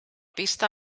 pista